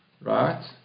right